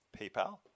PayPal